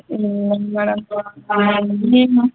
இல்லைங்க மேடம் இப்போ